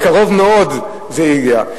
מקרוב מאוד זה הגיע.